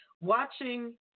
watching